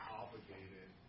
obligated